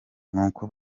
nuko